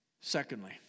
Secondly